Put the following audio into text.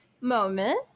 moment